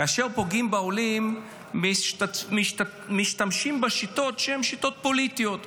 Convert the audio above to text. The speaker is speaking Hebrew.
כאשר פוגעים בעולים משתמשים בשיטות פוליטיות.